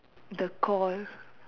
the call